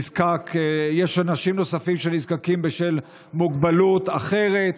יש אנשים נוספים שנזקקים לכלב בשל מוגבלות אחרת,